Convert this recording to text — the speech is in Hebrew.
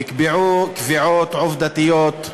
נקבעו קביעות עובדתיות,